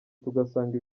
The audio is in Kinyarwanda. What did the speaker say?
tugasanga